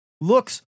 looks